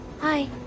Hi